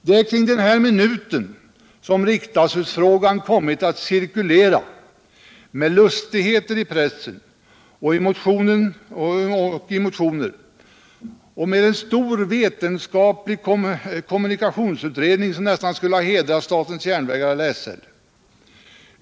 Det är kring den här minuten som riksdagshusfrågan kommit att cirkulera, med lustigheter i pressen och i motioner och med en stor, vetenskaplig kommunikationsutredning som nästan skulle ha hedrat statens järnvägar eller SL.